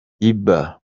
iba